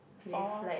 four